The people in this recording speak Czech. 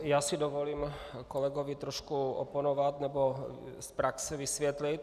Já si dovolím kolegovi trochu oponovat, nebo z praxe vysvětlit.